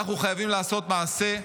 אנחנו חייבים לעשות מעשה.